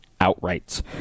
outright